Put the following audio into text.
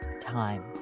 time